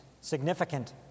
significant